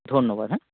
ধন্যবাদ হ্যাঁ